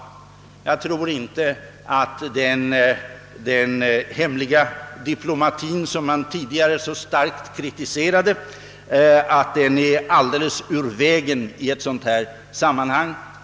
Jag tror inte att den hemliga diplomatien, som man tidigare så skarpt kritiserat, är alldeles ur vägen i sådana här sammanhang.